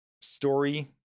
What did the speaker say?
story